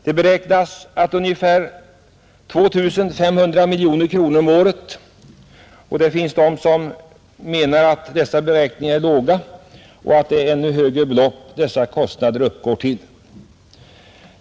De beräknas till ungefär 2 500 miljoner kronor om året. Det finns de som menar att dessa beräkningar är låga och att kostnaderna uppgår till ännu högre belopp.